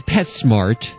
PetSmart